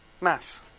Mass